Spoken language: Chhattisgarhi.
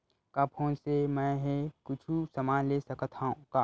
का फोन से मै हे कुछु समान ले सकत हाव का?